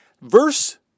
Verse